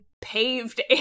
paved